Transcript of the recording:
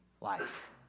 life